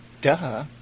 Duh